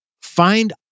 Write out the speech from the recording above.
Find